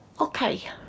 Okay